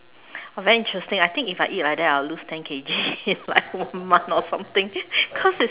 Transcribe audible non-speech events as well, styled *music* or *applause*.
very interesting I think if I eat like that I will lose ten K_G *laughs* in like one month or something cause it's